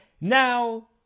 Now